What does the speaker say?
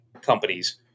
companies